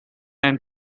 and